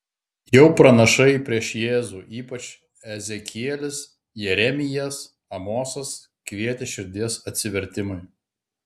jau pranašai prieš jėzų ypač ezekielis jeremijas amosas kvietė širdies atsivertimui